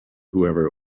whoever